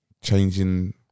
changing